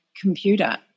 computer